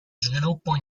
sviluppo